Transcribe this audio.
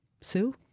Sue